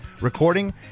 recording